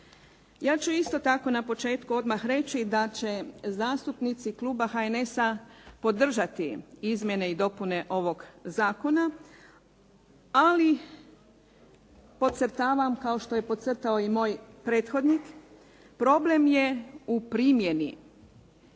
Ja ću isto tako na početku odmah reći da će zastupnici kluba HNS-a podržati izmjene i dopune ovog zakona, ali podcrtavam, kao što je podcrtao i moj prethodnik, problem je u primjeni